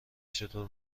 چطور